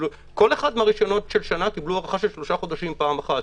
כל אחד מהרישיונות של שנה קיבלו הארכה של שלושה חודשים פעם אחת.